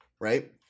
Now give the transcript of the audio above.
right